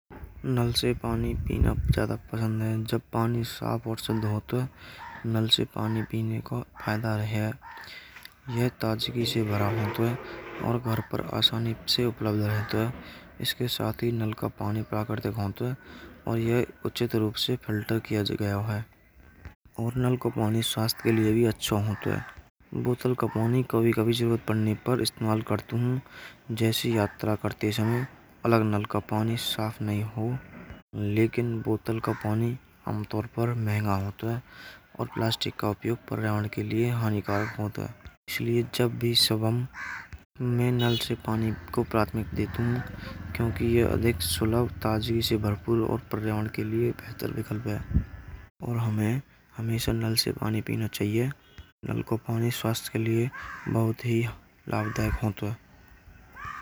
नल से पानी पीना ज्यादा पसंद है। जब पानी साफ और शुद्ध होतो है। नल से पानी पीने का फायदा रहे। यह ताजगी से भरा होतो है। और घर पर आसानी से उपलब्ध रहतो है। इसके साथ ही नल का पानी प्राकृतिक होतो है। और यह उचित रूप से फिल्टर किया गयो है। और नल को पानी के लिए भी अच्छा होतो है। बोतल का पानी कभी-कभी जरूरत पड़ने पर इस्तेमाल करतो हू। जैसे यात्रा करते समय अलग नल का पानी साफ नहीं हो। लेकिन बोतल का पानी आमतौर पर महंगो होतो है। और प्लास्टिक का उपयोग पर्यावरण के लिए हानिकारक होतो है। इसलिए जब भी सब में नल से पानी को प्राथमिकता देतो हू। क्योंकि यह अलग सुलभ, ताजगी से भरपूर और पर्यावरण के लिए बेहतर विकल्प है। और हमें हमेशा नल से पानी पीना चाहिए। नल का पानी स्वास्थ्य के लिए बहुत लाभकारी होतो है।